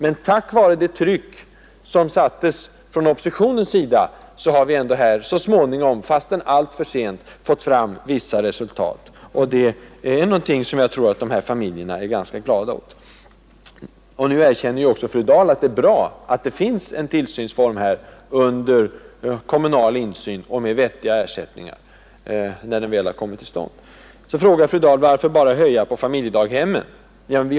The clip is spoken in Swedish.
Men tack vare det tryck som sattes in från oppositionshåll har vi ändå så småningom, fastän alltför sent, fått fram vissa resultat. Det tror jag att de berörda familjerna är ganska glada åt. Nu, när det finns en tillsynsform under kommunal insyn och med vettiga ersättningar, erkänner också fru Dahl att det är bra att en sådan finns. Fru Dahl frågar nu varför man skall höja bidragen bara till familjedaghemmen.